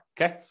okay